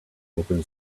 open